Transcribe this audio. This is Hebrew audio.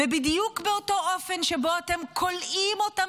ובדיוק באותו אופן שבו אתם כולאים אותם